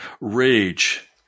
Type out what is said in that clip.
rage